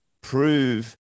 prove